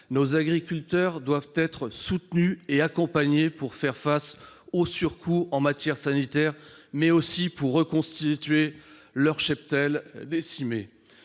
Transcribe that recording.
Nos agriculteurs doivent être soutenus et accompagnés, non seulement pour faire face aux surcoûts en matière sanitaire, mais aussi pour reconstituer leurs cheptels décimés.